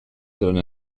dalla